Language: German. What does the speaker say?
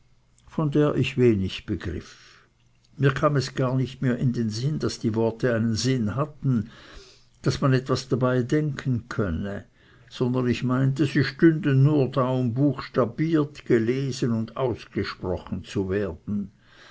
von der ich wenig begriff mir kam es gar nicht mehr in den sinn daß die worte einen sinn hatten daß man etwas dabei denken könne sondern ich meinte sie stünden nur da um buchstabiert gelesen oder ausgesprochen zu werden